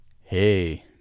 Hey